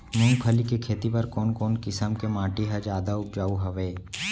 मूंगफली के खेती बर कोन कोन किसम के माटी ह जादा उपजाऊ हवये?